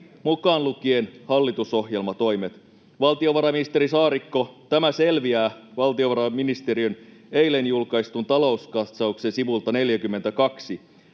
mukaan lukien hallitusohjelmatoimet. Valtiovarainministeri Saarikko, tämä selviää valtiovarainministeriön eilen julkaistun talouskatsauksen sivulta 42.